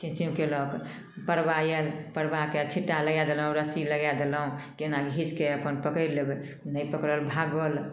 चूँ चूँ कएलक परबा आएल परबाके छिट्टा लगा देलहुँ रस्सी लगा देलहुँ कोना घिचिके अपन पकड़ि लेबै नहि पकड़ाएल भागल